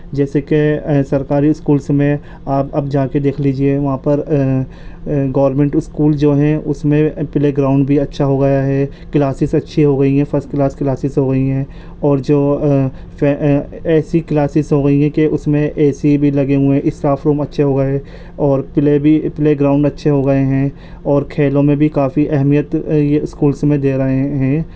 جیسے کہ سرکاری اسکولس میں آپ اب جا کے دیکھ لیجئے وہاں پر گورنمنٹ اسکول جو ہیں اس میں پلے گراؤنڈ بھی اچھا ہو گیا ہے کلاسز اچھی ہو گئی ہیں فرسٹ کلاس کلاسز ہوگئی ہیں اور جو ایسی کلاسز ہو گئی ہیں کہ اس میں اے سی بھی لگے ہوئے ہیں اسٹاف روم اچھے ہوگئے اور پلے بھی پلے گراؤنڈ اچھے ہو گئے ہیں اور کھیلوں میں بھی کافی اہمیت یہ اسکولس میں دے رہے ہیں